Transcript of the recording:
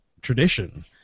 tradition